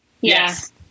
Yes